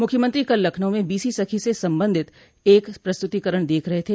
मुख्यमंत्री कल लखनऊ में बीसी सखी से संबंधित एक प्रस्तुतिकरण देख रहे थे